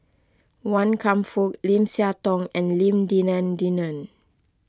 Wan Kam Fook Lim Siah Tong and Lim Denan Denon